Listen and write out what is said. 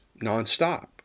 nonstop